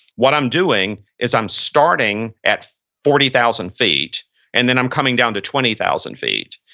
what i'm doing is i'm starting at forty thousand feet and then i'm coming down to twenty thousand feet.